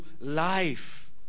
life